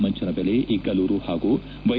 ಮಂಚನದೆಲೆ ಇಗ್ಗಲೂರು ಹಾಗೂ ವೈ